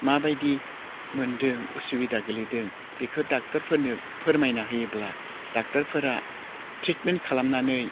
माबायदि मोनदों उसुबिदा गोलैदों बेखौ डाक्टरफोरनो फोरमायना होयोब्ला डाक्टरफोरा ट्रिटमेन्ट खालामनानै